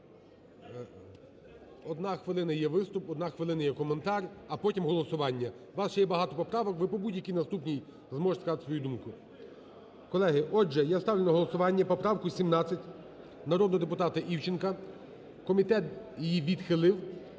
Одна хвилина є виступ, одна хвилина є коментар, а потім – голосування. У вас ще є багато поправок ви по будь-якій наступній зможете сказати свою думку. Колеги, отже, я ставлю на голосування поправку 17 народного депутата Івченка. Комітет її відхилив.